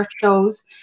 shows